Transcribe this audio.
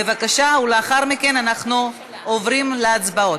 בבקשה, ולאחר מכן עוברים להצבעות.